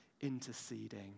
interceding